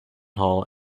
hall